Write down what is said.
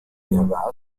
war